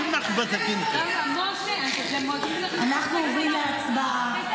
אנחנו עוברים להצבעה.